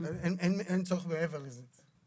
אין צורך מעבר לזה.